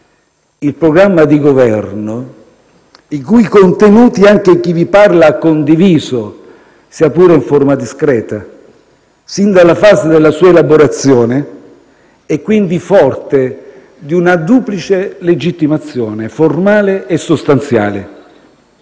Il programma di Governo, i cui contenuti anche chi vi parla ha condiviso, sia pure in forma discreta, sin dalla fase della sua elaborazione, è quindi forte di una duplice legittimazione, formale e sostanziale.